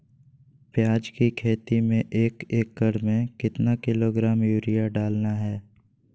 प्याज की खेती में एक एकद में कितना किलोग्राम यूरिया डालना है?